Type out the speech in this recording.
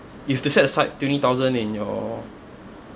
you've to set aside twenty thousand in your